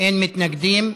אין מתנגדים,